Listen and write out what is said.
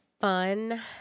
fun